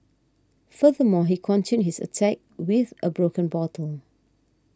furthermore he continued his attack with a broken bottle